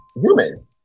Human